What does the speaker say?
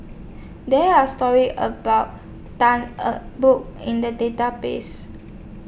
There Are stories about Tan Eng Bock in The Database